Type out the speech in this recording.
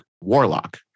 Warlock